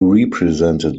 represented